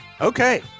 Okay